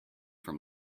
from